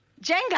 Jenga